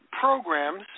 programs